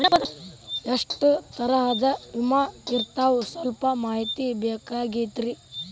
ಎಷ್ಟ ತರಹದ ವಿಮಾ ಇರ್ತಾವ ಸಲ್ಪ ಮಾಹಿತಿ ಬೇಕಾಗಿತ್ರಿ